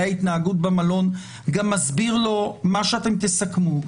ההתנהגות במלון גם מסביר לו מה שאתם תסכמו.